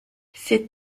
ces